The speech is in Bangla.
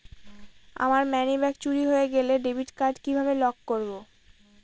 আমার মানিব্যাগ চুরি হয়ে গেলে ডেবিট কার্ড কিভাবে লক করব?